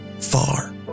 Far